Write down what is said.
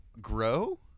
grow